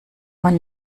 man